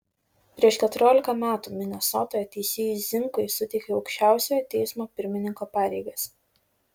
prieš keturiolika metų minesotoje teisėjui zinkui suteikė aukščiausiojo teismo pirmininko pareigas